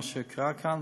מה שקרה כאן,